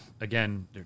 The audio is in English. Again